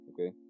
Okay